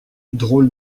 drôle